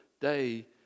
day